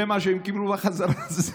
ומה שהם קיבלו בחזרה זה